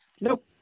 nope